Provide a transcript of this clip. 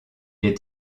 est